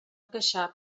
queixar